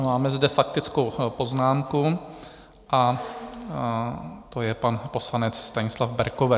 Máme zde faktickou poznámku, a to je pan poslanec Stanislav Berkovec.